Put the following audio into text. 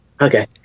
okay